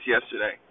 yesterday